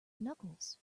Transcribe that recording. knuckles